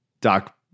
doc